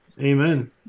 amen